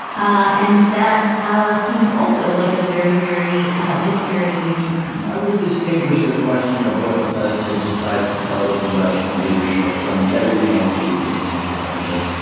and that ah seems also like a very very dispiriting new turn i would distinguish the question of what the president decides to tell the congressional leadership from everything else that we've just talked about here.